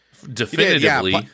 definitively